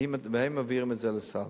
והם מעבירים את זה לסל.